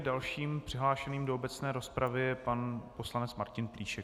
Dalším přihlášeným do obecné rozpravy je pan poslanec Martin Plíšek.